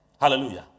Hallelujah